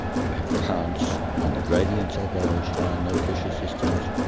you have currents on the gradients of those high and low pressure systems.